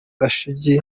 gashugi